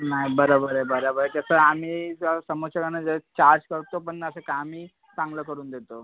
नाही बरोबर आहे बराबर आहे तसं आम्ही जेव्हा समोरच्यांना जेव्हा चार्ज करतो पण आता कामही चांगलं करून देतो